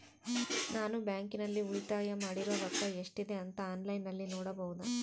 ನಾನು ಬ್ಯಾಂಕಿನಲ್ಲಿ ಉಳಿತಾಯ ಮಾಡಿರೋ ರೊಕ್ಕ ಎಷ್ಟಿದೆ ಅಂತಾ ಆನ್ಲೈನಿನಲ್ಲಿ ನೋಡಬಹುದಾ?